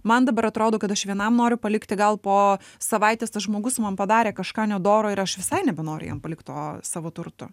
man dabar atrodo kad aš vienam noriu palikti gal po savaitės tas žmogus man padarė kažką nedoro ir aš visai nebenoriu jam palikt to savo turto